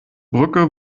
brücke